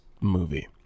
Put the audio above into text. movie